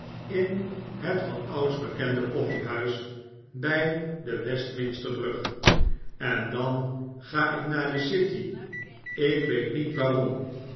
in het vanouds bekende koffiehuis bjj de wistminster brug en dan ga ik naar de city ik weet niet waarom